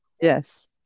Yes